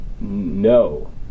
No